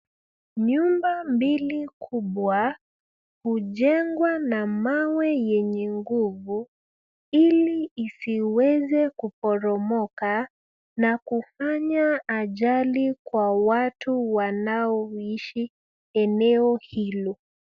Nyumba mbili kubwa hujengwa na mawe yenye nguvu ilisiweze kuporomoka na kufanya ajali kwa watu wanaoishi eneo hilo.